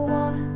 one